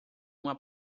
uma